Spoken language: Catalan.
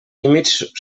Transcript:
límits